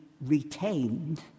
retained